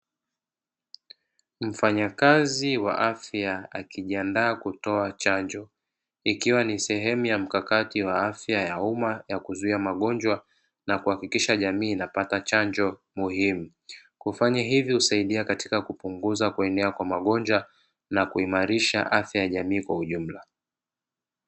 Mfanyakazi wa afya akijiandaa kutoa chanjo, ikiwa ni sehemu ya mkakati wa afya ya umma ya kuzuia magonjwa na kuhakikisha jamii inapata chanjo muhimu, kufanya hivi husaidia katika kupunguza kuenea kwa magonjwa na kuimarisha afya ya jamii kwa ujumla.